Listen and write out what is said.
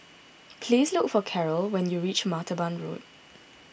please look for Caryl when you reach Martaban Road